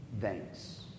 thanks